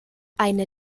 eine